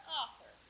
author